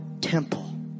temple